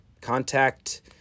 contact